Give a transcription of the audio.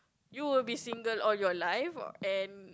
you will be single all your life and